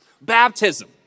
Baptism